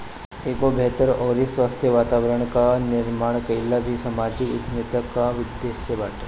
एगो बेहतर अउरी स्वस्थ्य वातावरण कअ निर्माण कईल भी समाजिक उद्यमिता कअ उद्देश्य बाटे